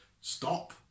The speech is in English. stop